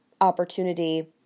opportunity